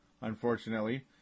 unfortunately